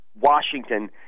Washington